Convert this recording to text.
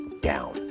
down